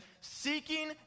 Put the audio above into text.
seeking